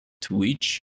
Twitch